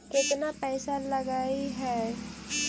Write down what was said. केतना पैसा लगय है?